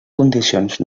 condicions